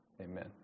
Amen